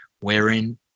wherein